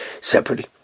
separately